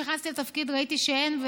כאשר נכנסתי לתפקיד ראיתי שאין,